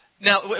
Now